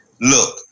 Look